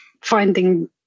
finding